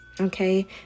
Okay